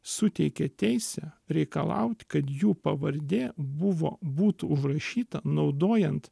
suteikė teisę reikalaut kad jų pavardė buvo būtų užrašyta naudojant